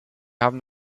haben